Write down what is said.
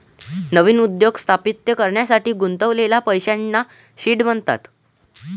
नवीन उद्योग स्थापित करण्यासाठी गुंतवलेल्या पैशांना सीड म्हणतात